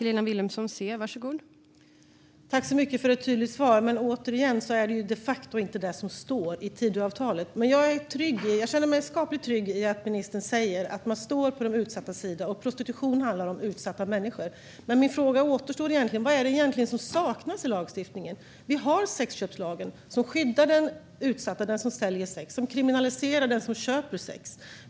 Fru talman! Tack så mycket för ett tydligt svar! Återigen är det inte det som de facto står i Tidöavtalet. Men jag känner mig skapligt trygg i att ministern säger att man står på de utsattas sida. Prostitution handlar om utsatta människor. Min fråga kvarstår. Vad är det egentligen som saknas i lagstiftningen? Vi har sexköpslagen som skyddar den utsatta som säljer sex och kriminaliserar den som köper sex.